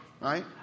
right